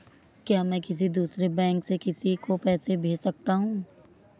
क्या मैं किसी दूसरे बैंक से किसी को पैसे भेज सकता हूँ?